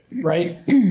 right